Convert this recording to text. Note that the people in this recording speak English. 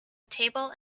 table